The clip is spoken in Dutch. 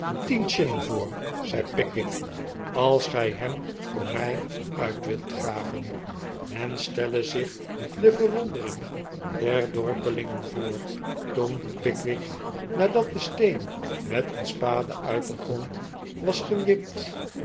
tien shilling voor zei pickwick als gij hem voor mij uit wilt graven men stelle zich de verwondering der dorpelingen voor toen pickwick nadat de steen met een spade uit den grond was gewipt